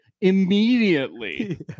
immediately